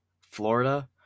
Florida